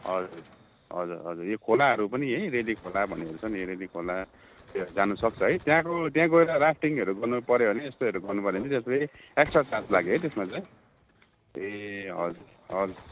हजुर हजुर हजुर यो खोलाहरू पनि रेली खोला भन्नेहरू छ नि रेली खोला उयो जानुसक्छ है त्यहाँको त्यहाँ गएर राफ्टिङहरू गर्नु पऱ्यो भने यस्तोहरू गर्नु पऱ्यो भने चाहिँ त्यहाँ चाहिँ फेरी एक्सट्रा चार्ज लाग्छ है त्यसमा चाहिँ हजुर ए हजुर हजुर